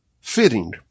fitting